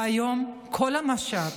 והיום כל המשאבים,